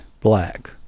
black